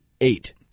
Eight